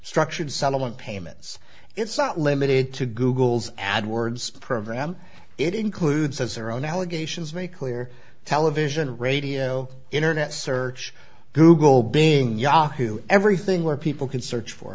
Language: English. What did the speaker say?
structured settlement payments it's not limited to google's ad words program it includes as their own allegations very clear television radio internet search google being yahoo everything where people can search